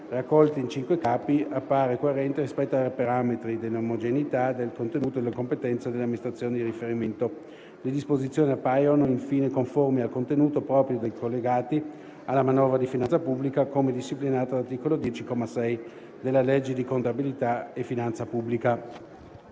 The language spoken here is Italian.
raccolti in cinque Capi, appare coerente rispetto ai parametri dell'omogeneità del contenuto e della competenza delle amministrazioni di riferimento. Le disposizioni appaiono, infine, conformi al contenuto proprio dei collegati alla manovra di finanza pubblica, come disciplinato dall'articolo 10, comma 6, della legge di contabilità e finanza pubblica».